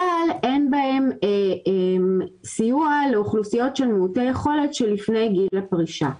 אבל אין בהן סיוע לאוכלוסיות של מיעוטי יכולת שלפני גיל הפרישה.